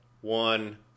one